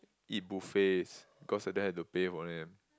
eat buffets because your dad have to pay for them